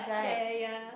ya ya ya